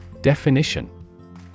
Definition